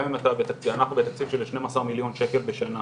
אנחנו בתקציב של שנים עשר מיליון שקל לשנה.